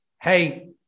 hey